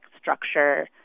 structure